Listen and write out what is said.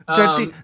Dirty